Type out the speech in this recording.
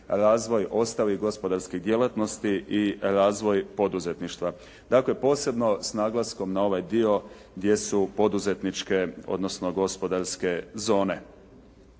razvoj ostalih gospodarskih djelatnosti i razvoj poduzetništva. Dakle, posebno s naglaskom na onaj dio gdje su poduzetničke, odnosno gospodarske zone.